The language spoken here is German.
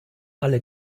alle